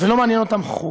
לא מעניין אותם חוק,